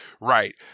Right